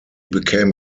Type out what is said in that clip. became